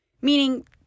meaning